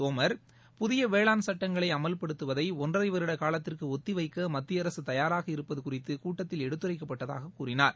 தோமர் புதிய வேளாண் சட்டங்களை அமல்படுத்துவதை ஒன்றரை வருட காலத்திற்கு ஒத்தி வைக்க மத்திய அரசு தயாராக இருப்பது குறித்து கூட்டத்தில் எடுத்துரைக்கப்பட்டதாக கூறினார்